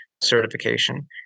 certification